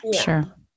Sure